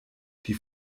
die